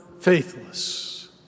faithless